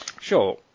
Sure